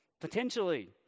Potentially